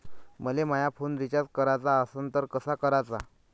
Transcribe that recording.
मले माया phone recharge कराचा असन तर कसा कराचा?